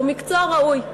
הוא מקצוע ראוי.